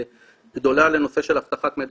אנחנו מודעים למוגבלות של המימון.